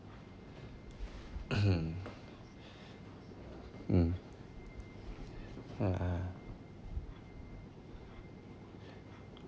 mmhmm mm hmm uh